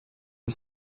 the